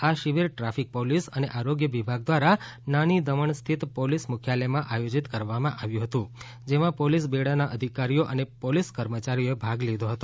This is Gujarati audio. આ શિબિર ટ્રાફિક પોલીસ અને આરોગ્ય વિભાગ દ્વારા નાની દમણ સ્થિત પોલીસ મુખ્યાલયમાં આયોજિત કરવામાં આવ્યું હતું જેમાં પોલીસ બેડા ના અધિકારીઓ અને પોલીસ કર્મચારીઓ એ ભાગ લીધો હતો